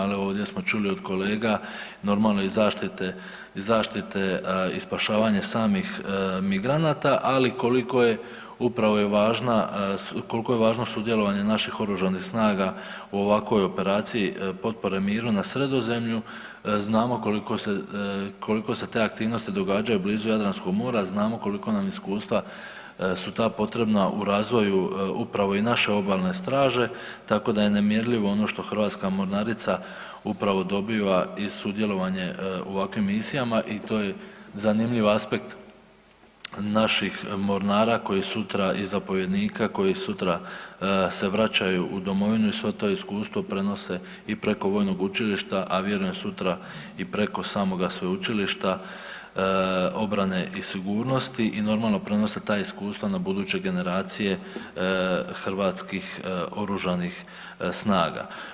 Ali ovdje smo čuli od kolega i zaštite i spašavanje samih migranata, ali koliko je važno sudjelovanje naših oružanih snaga u ovakvoj operaciji potpore miru na Sredozemlju, znamo koliko se te aktivnosti događaju blizu Jadranskog mora, znamo koliko su nam iskustva su ta potrebna u razvoju upravo i naše obalne straže, tako da je nemjerljivo ono što Hrvatska mornarica upravo dobiva i sudjelovanje u ovakvim misijama i to je zanimljiv aspekt naših mornara koji sutra i zapovjednika koji sutra se vraćaju u domovinu i svo to iskustvo prenose i preko Vojnog učilišta, a vjerujem sutra i preko samoga Sveučilišta obrane i sigurnosti i prenose ta iskustva na buduće generacije Hrvatskih oružanih snaga.